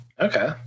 Okay